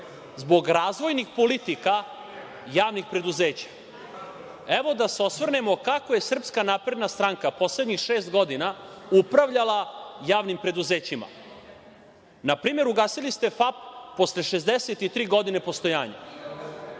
zbog razvojnih politika javnih preduzeća. Evo da se osvrnemo kako je SNS poslednjih šest godina upravljala javnim preduzećima. Na primer ugasili ste FAP posle 63 godine postojanja.